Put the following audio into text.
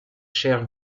chairs